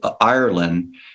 Ireland